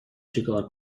چیکار